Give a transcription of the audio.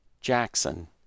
Jackson